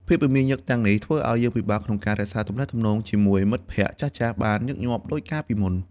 ភាពមមាញឹកទាំងនេះធ្វើឱ្យយើងពិបាកក្នុងការរក្សាទំនាក់ទំនងជាមួយមិត្តភក្តិចាស់ៗបានញឹកញាប់ដូចកាលពីមុន។